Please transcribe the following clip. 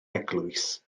eglwys